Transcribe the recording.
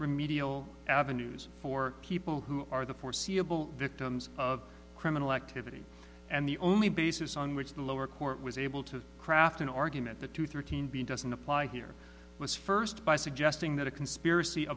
remedial avenues for people who are the foreseeable victims of criminal activity and the only basis on which the lower court was able to craft an argument the two thirteen b doesn't apply here was first by suggesting that a conspiracy